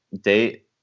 date